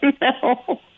no